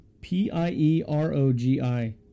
P-I-E-R-O-G-I